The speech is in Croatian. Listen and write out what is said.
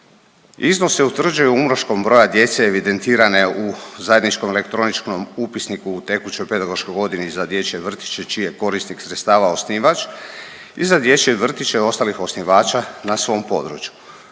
Iznose utvrđuju umnoškom broja djece evidentirane u zajedničkom elektroničkom upisniku u tekućoj pedagoškoj godini za dječje vrtiće čiji je korisnik sredstava osnivač i za dječje vrtiće ostalih osnivača na svom području.